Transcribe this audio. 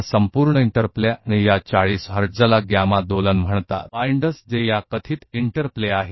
तो इस पूरे इंटरप्ले और इस 40 हर्ट्ज को गामा ऑसिलेशन कहा जाता है जो सब कुछ बांधता है जो कि माना जाता है कि इस का इंटरप्ले है